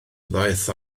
ddaeth